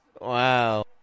Wow